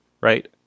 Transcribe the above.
Right